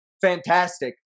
fantastic